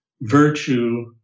virtue